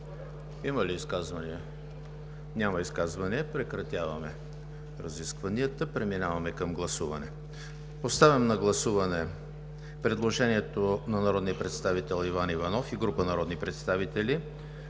за изказвания? Няма изказвания. Прекратявам разискванията. Поставям на гласуване предложението на народния представител Иван Иванов и група народни представители